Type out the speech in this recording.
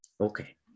Okay